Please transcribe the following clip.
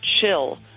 chill